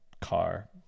car